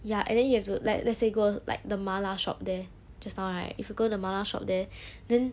ya and then you have to like let's say go like the mala shop there just now right if you go the mala shop there then